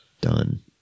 Done